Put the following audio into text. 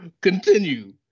Continue